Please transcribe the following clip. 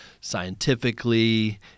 scientifically